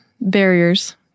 barriers